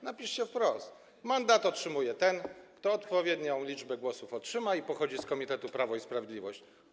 Napiszcie wprost: Mandat otrzymuje ten, kto odpowiednią liczbę głosów otrzyma i pochodzi z komitetu Prawo i Sprawiedliwość.